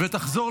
התשפ"ד 2024,